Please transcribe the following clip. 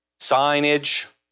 signage